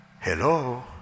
Hello